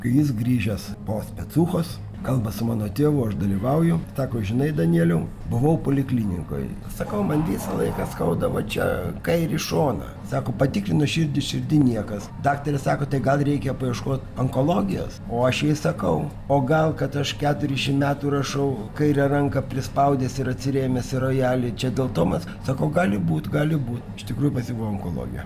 kai jis grįžęs po specūchos kalba su mano tėvu aš dalyvauju sako žinai danieliau buvau poliklinikoj sakau man visą laiką skauda va čia kairį šoną sako patikrino širdį širdy niekas daktarė sako tai gal reikia paieškot onkologijos o aš jai sakau o gal kad aš keturiasdešimt metų rašau kairę ranką prispaudęs ir atsirėmęs į rojalį čia dėl to man sako gali būt gali būt iš tikrųjų pas jį buvo onkologija